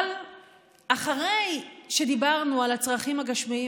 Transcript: אבל אחרי שדיברנו על הצרכים הגשמיים,